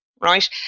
Right